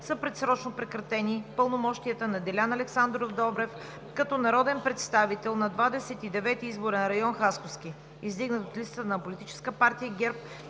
са предсрочно прекратени пълномощията на Делян Александров Добрев като народен представител на 29 изборен район – Хасковски, издигнат от листата на Политическа партия ГЕРБ